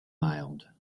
mild